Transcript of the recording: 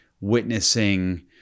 witnessing